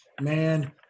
Man